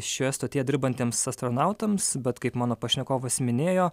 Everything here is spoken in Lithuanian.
šioje stotyje dirbantiems astronautams bet kaip mano pašnekovas minėjo